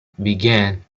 began